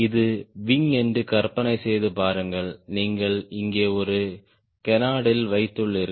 இது விங் என்று கற்பனை செய்து பாருங்கள் நீங்கள் இங்கே ஒரு கேனார்ட்ல் வைத்துள்ளீர்கள்